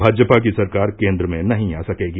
भाजपा की सरकार केन्द्र में नही आ सकेगी